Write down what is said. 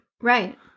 Right